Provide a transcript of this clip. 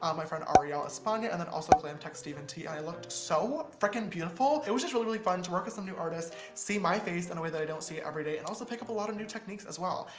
um my friend arielle espana, and then also glam tech steven t, and i looked so freaking beautiful. it was just really, really fun to work with some new artists, see my face in a way that i don't see it every day, and also pick up a lot of new techniques as well.